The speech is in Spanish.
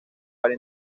para